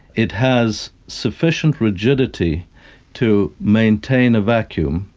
it has sufficient rigidity to maintain a vacuum,